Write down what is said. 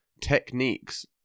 techniques